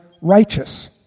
righteous